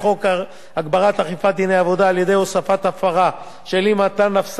להגברת האכיפה של דיני העבודה על-ידי הוספת ההפרה של אי-מתן הפסקה